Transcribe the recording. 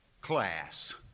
class